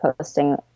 posting